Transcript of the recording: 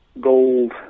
gold